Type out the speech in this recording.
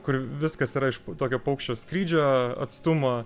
kur viskas yra iš tokio paukščio skrydžio atstumo